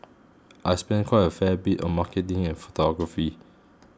I spend quite a fair bit on marketing and photography